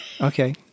Okay